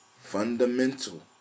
fundamental